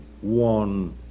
one